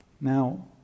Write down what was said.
Now